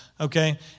Okay